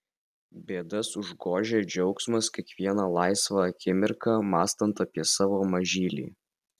bėdas užgožia džiaugsmas kiekvieną laisvą akimirką mąstant apie savo mažylį